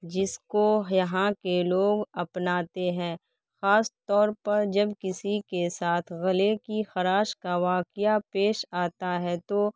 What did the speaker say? جس کو یہاں کے لوگ اپناتے ہیں خاص طور پر جب کسی کے ساتھ گلے کی خراش کا واقعہ پیش آتا ہے تو